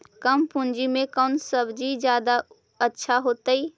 कम पूंजी में कौन सब्ज़ी जादा अच्छा होतई?